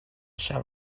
shower